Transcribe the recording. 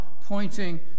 pointing